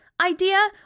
Idea